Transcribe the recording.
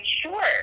sure